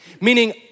Meaning